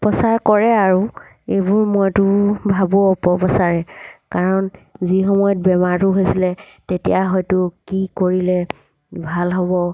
প্ৰচাৰ কৰে আৰু এইবোৰ মইতো ভাবোঁ অপপ্ৰচাৰে কাৰণ যি সময়ত বেমাৰটো হৈছিলে তেতিয়া হয়তো কি কৰিলে ভাল হ'ব